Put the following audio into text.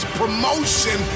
promotion